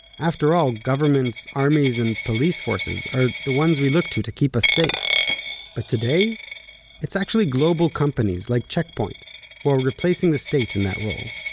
after all, governments, armies and police forces are the ones we look to to keep us safe but today it's actually global companies like check point who are replacing the state in that role.